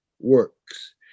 works